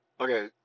Okay